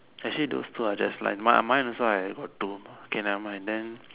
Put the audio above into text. actually those two are just like mine mine also I got two okay nevermind then